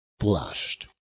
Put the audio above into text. blushed